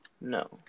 No